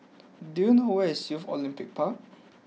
do you know where is Youth Olympic Park